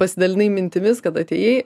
pasidalinai mintimis kad atėjai